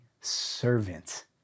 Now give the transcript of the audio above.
servant